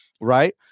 right